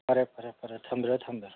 ꯐꯔꯦ ꯐꯔꯦ ꯐꯔꯦ ꯊꯝꯕꯤꯔꯣ ꯊꯝꯕꯤꯔꯣ